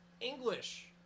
English